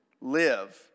live